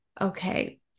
okay